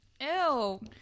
Ew